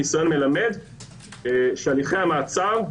הניסיון מלמד שהליכי המעצר,